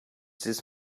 this